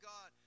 God